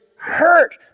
hurt